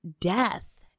death